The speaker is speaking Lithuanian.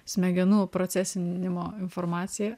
smegenų procesinimo informaciją